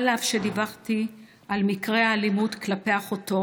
אף שדיווחתי על מקרה האלימות כלפי אחותו